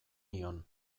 nion